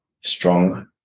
strong